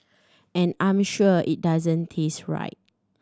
and I'm sure it doesn't taste right